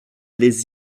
les